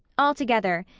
altogether,